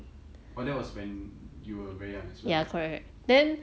orh that was when you were very young as well right